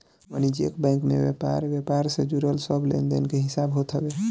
वाणिज्यिक बैंक में व्यापार व्यापार से जुड़ल सब लेनदेन के हिसाब होत हवे